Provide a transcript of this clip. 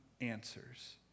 answers